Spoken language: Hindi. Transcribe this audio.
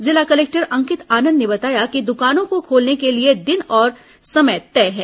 जिला कलेक्टर अंकित आनंद ने बताया कि दकानों को खोलने के लिए दिन और समय तय हैं